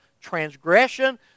transgression